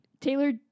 Taylor